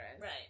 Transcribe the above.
Right